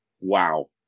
Wow